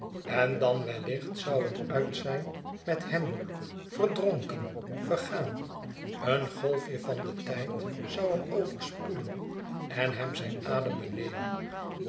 en dan wellicht zoû het uit zijn met hem verdronken vergaan een golfje van den tijd zoû hem overspoelen en hem zijn adem benemen